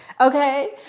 Okay